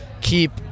keep